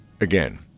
again